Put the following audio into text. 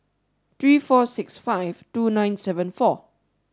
three four six five two nine seven four